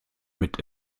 mit